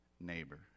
neighbor